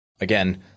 Again